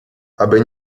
aby